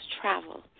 travel